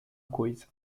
coisa